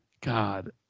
God